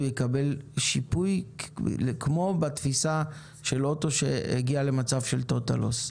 הוא יקבל שיפוי כמו בתפיסה של אוטו שהגיע למצב של טוטאל לוס.